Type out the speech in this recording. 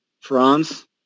France